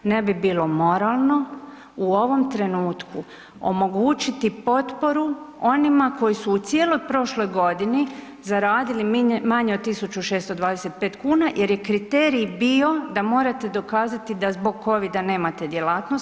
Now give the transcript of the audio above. Ne bi bilo moralno u ovom trenutku omogućiti potporu onima koji su u cijeloj prošloj godini zaradili manje od 1.625 kuna jer je kriterij bio da morate dokazati da zbog covida nemate djelatnost.